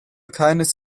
keines